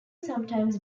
sometimes